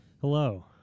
Hello